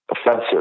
offensive